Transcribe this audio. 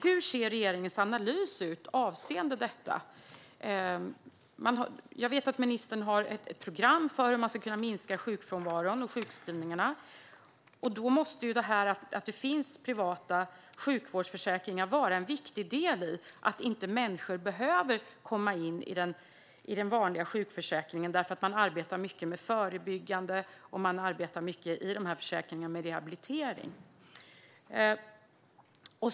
Hur ser regeringens analys ut avseende detta? Jag vet att ministern har ett program för hur man ska kunna minska sjukfrånvaron och sjukskrivningarna. Då måste ju privata sjukvårdsförsäkringar vara en viktig del i att människor inte behöver komma in i den vanliga sjukförsäkringen, eftersom man i de här försäkringarna arbetar mycket förebyggande och mycket med rehabilitering.